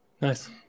Nice